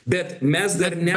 bet mes dar ne